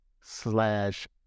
slash